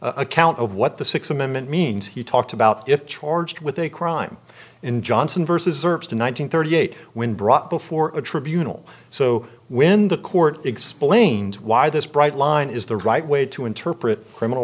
account of what the sixth amendment means he talked about if charged with a crime in johnson versus service to nine hundred thirty eight when brought before a tribunal so when the court explains why this bright line is the right way to interpret criminal